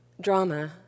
drama